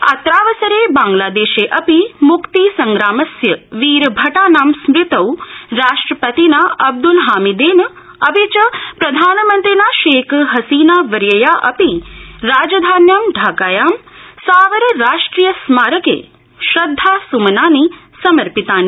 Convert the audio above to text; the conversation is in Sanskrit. अत्रावसरे बांग्लादेशे अपि मुक्ति संग्रामस्य वीरभटानां स्मृतौ राष्ट्रपतिना अब्दल हामिदेन अपि च प्रधानमन्त्रिणा शेख हसीना वर्यया अपि राजधान्यां ढाकायां सावर राष्ट्रिय स्मारके श्रदधासुमनानि समर्पितानि